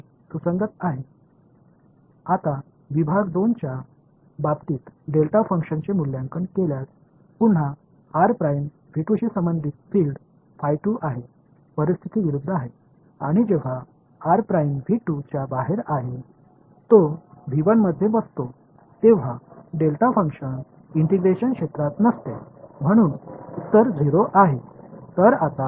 இப்போது பகுதி 2 இன் விஷயத்தில் டெல்டா செயல்பாட்டை மதிப்பிடுகிறது r பிரைம்சொந்தமானபோது புலம் மேலும் வெளிப்புறத்தில் இருக்கும் போது அதற்கு வெளியே எப்போது அமர்ந்திருக்கிறதோ அந்த டெல்டா செயல்பாடு ஒருங்கிணைப்பு பகுதியில் இல்லை எனவே பதில் 0